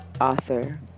author